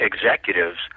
executives